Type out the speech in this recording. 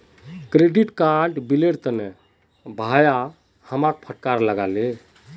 credit card बिलेर तने भाया हमाक फटकार लगा ले